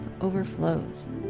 overflows